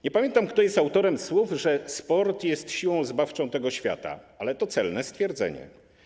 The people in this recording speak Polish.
Nie pamiętam, kto jest autorem słów, że sport jest siłą zbawczą tego świata, ale to celne stwierdzenie.